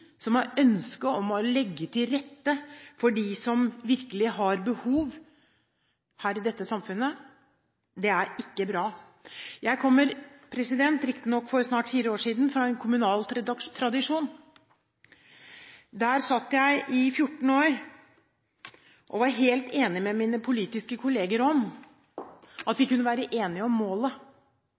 som har ønske om å legge til rette for dem som virkelig har behov her i dette samfunnet, er ikke bra. Jeg kommer – riktignok for snart fire år siden – fra en kommunal tradisjon. Der satt jeg i 14 år og var helt enig med mine politiske kolleger om at vi kunne være enige om målet,